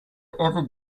ever